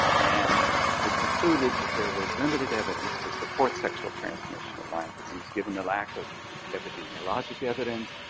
and we concluded that there was limited evidence to support sexual transmission of lyme disease given the lack of epidemiologic evidence,